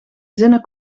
zinnen